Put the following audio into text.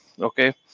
Okay